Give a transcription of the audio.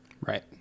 Right